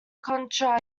contra